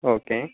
okay